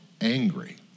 angry